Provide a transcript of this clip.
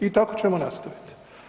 I tako ćemo nastaviti.